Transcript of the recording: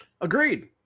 Agreed